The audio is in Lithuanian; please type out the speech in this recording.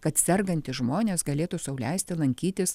kad sergantys žmonės galėtų sau leisti lankytis